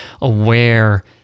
aware